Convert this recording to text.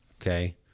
okay